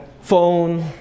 Phone